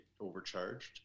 overcharged